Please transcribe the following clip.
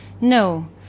No